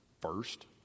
First